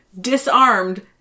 disarmed